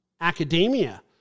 academia